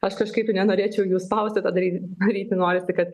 aš kažkaip nenorėčiau jų spausti tą daryti daryti norisi kad